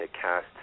cast